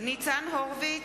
ניצן הורוביץ,